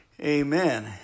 Amen